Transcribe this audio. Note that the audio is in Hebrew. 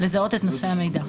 לזהות אות נושא המידע.